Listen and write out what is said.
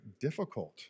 difficult